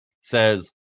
says